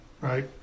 right